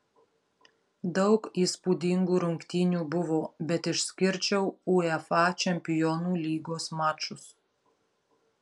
daug įspūdingų rungtynių buvo bet išskirčiau uefa čempionų lygos mačus